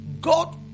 God